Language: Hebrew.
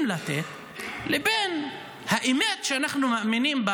לתת לבין האמת שאנחנו מאמינים בה,